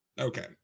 Okay